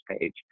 page